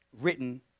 written